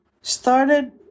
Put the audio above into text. started